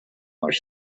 were